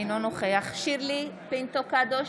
אינו נוכח שירלי פינטו קדוש,